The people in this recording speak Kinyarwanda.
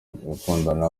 gukundana